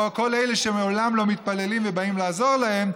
או כל אלה שלעולם לא מתפללים ובאים לעזור להם,